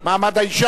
43 בעד, אין מתנגדים,